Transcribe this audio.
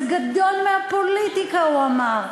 זה גדול מהפוליטיקה, הוא אמר,